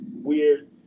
weird